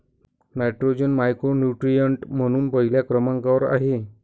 nitrogen macronutrient म्हणून पहिल्या क्रमांकावर आहे